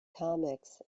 comics